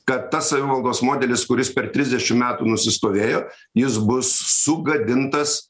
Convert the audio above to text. kad tas savivaldos modelis kuris per trisdešim metų nusistovėjo jis bus sugadintas